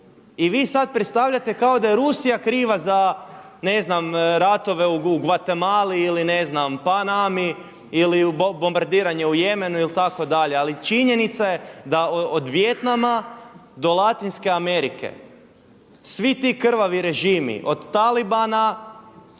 I vi sad predstavljate kao da je Rusija kriva za ne zna ratove u Gvatemali ili ne znam Panami ili bombardiranje u Jemu ili itd. Ali činjenica je da od Vijetnama do Latinske Amerike svi ti krvavi režimi od talibana